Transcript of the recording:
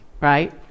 right